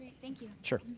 thank you. sure.